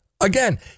Again